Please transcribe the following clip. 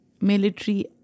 military